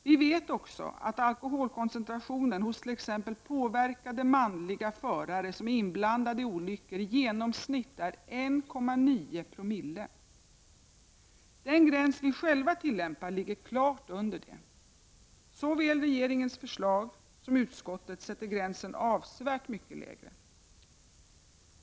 Vi vet också att alkoholkoncentrationen hos t.ex. påverkade manliga förare som är inblandade i olyckor i genomsnitt är 1,9 260. Den gräns vi själva tillämpar ligger klart under detta. Såväl regeringens förslag som utskottets sätter gränsen avsevärt mycket lägre.